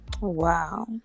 Wow